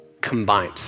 combined